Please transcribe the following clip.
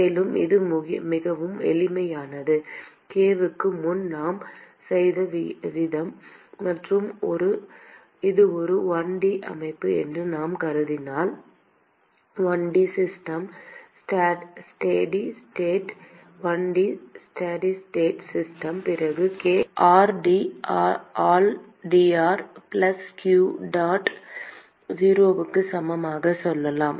மேலும் இது மிகவும் எளிமையானது k க்கு முன்பு நாம் செய்த விதம் மற்றும் இது ஒரு 1 D அமைப்பு என்று நாம் கருதினால் 1 D system steady state 1 D steady state system பிறகு k ஐ 1 ஆல் ஆர் டி ஆல் டிஆர் பிளஸ் க்யூ டாட் 0 க்கு சமமாக சொல்லலாம்